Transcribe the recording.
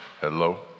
Hello